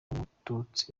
umututsi